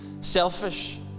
selfish